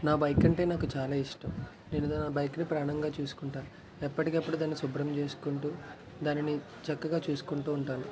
నా బైక్ అంటే నాకు చాలా ఇష్టం నేను బైక్ని ప్రాణంగా చూసుకుంటాను ఎప్పటికప్పుడు దాన్ని శుభ్రం చేసుకుంటూ దానిని చక్కగా చూసుకుంటూ ఉంటాను